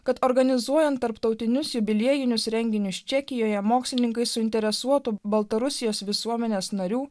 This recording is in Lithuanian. kad organizuojant tarptautinius jubiliejinius renginius čekijoje mokslininkai suinteresuotų baltarusijos visuomenės narių